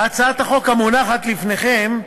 בהצעת החוק המונחת בפניכם,